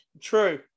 true